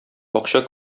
акча